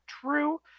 true